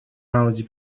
раунде